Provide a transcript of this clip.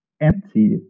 empty